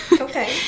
Okay